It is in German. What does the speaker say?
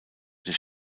des